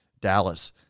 Dallas